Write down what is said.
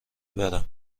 برم